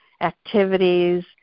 activities